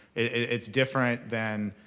it's different than,